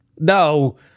No